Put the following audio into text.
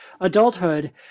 adulthood